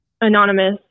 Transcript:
anonymous